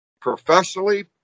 Professionally